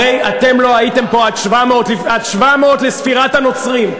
הרי אתם לא הייתם פה עד 700 לספירת הנוצרים.